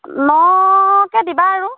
নকে দিবা আৰু